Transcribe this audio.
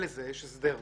נגיע לזה, יש הסדר מוצע.